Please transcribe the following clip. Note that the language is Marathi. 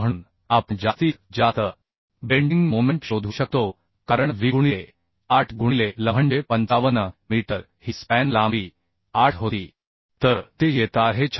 म्हणून आपण जास्तीत जास्त बेंडिंग मोमेंट शोधू शकतो कारण Wगुणिले 8 गुणिले Lम्हणजे 55 मीटर ही स्पॅन लांबी 8 होती तर ते येत आहे 56